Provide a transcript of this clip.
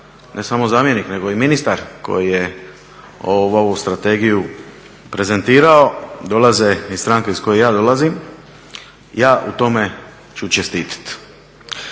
ne samo zamjenik, nego i ministar koji je ovu strategiju prezentirao, dolaze iz stranke iz koje i ja dolazim, ja u tome ću čestitati.